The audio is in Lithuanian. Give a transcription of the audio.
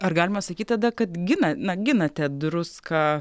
ar galima sakyti tada kad gina na ginate druską